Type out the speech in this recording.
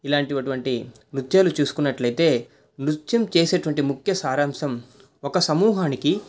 ఇలాంటి అటువంటి నృత్యాలు చూసుకున్నట్లయితే నృత్యం చేసేటువంటి ముఖ్య సారాంశం ఒక సమూహానికి